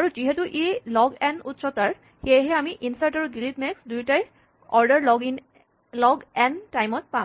আৰু যিহেতু ই লগ এন উচ্চতাৰ সেয়েহে আমি ইনচাৰ্ট আৰু ডিলিট মেক্স দুয়োটাই অৰ্ডাৰ লগ এন টাইম ত পাম